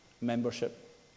membership